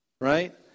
Right